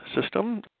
system